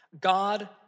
God